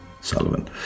Sullivan